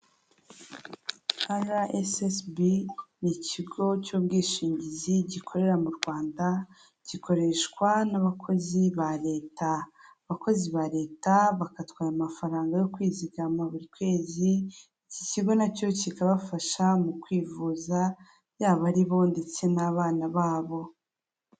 Ara esi esibi ni ikigo cy'ubwishingizi gikorera mu Rwanda gikoreshwa n'abakozi ba leta, abakozi ba leta bagatwa amafaranga yo kwizigama buri kwezi, iki kigo nacyo kikabafasha mu kwivuza yaba aribo ndetse n'abana babo.